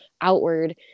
outward